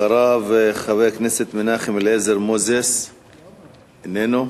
אחריו חבר הכנסת מנחם אליעזר מוזס, איננו.